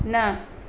न